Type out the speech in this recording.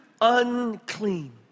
unclean